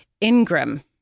Ingram